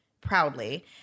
proudly